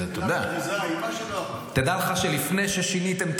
תדע לך שלפני ששיניתם,